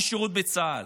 משירות בצה"ל.